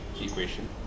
equation